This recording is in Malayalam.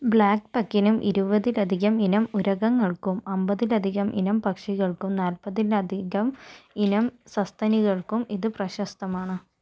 ബ്ലാക്ക് ബക്കിനും ഇരുപതിലധികം ഇനം ഉരഗങ്ങൾക്കും അമ്പതിലധികം ഇനം പക്ഷികൾക്കും നാല്പതിലധികം ഇനം സസ്തനികൾക്കും ഇത് പ്രശസ്തമാണ്